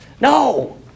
No